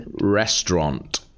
Restaurant